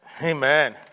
Amen